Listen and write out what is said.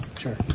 Sure